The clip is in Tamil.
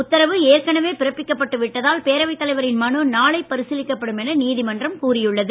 உத்தரவு ஏற்கனவே பிறப்பிக்கப்பட்டு விட்டதால் பேரவைத் தலைவரின் மனு நாளை பரிசீலிக்கப்படும் என நீதிமன்றம் கூறியுள்ளது